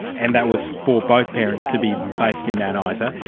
and that was for both parents to be based in mount um isa.